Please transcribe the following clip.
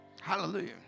Hallelujah